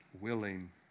willing